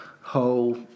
whole